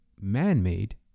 man-made